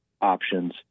options